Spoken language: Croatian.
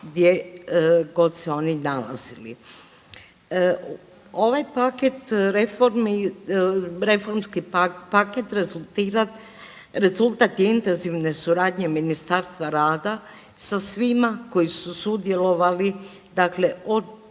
gdje god se oni nalazili. Ovaj paket reformi, reformski paket rezultat je intenzivne suradnje Ministarstva rada sa svima koji su sudjelovali dakle